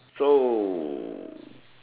so